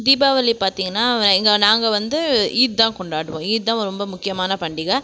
தீபாவளி பார்த்திங்கன்னா இங்கே நாங்கள் வந்து ஈத் தான் கொண்டாடுவோம் ஈத் தான் ரொம்ப முக்கியமான பண்டிகை